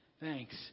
Thanks